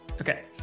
okay